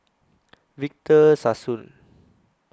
Victor Sassoon